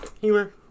humor